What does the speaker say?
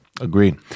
Agreed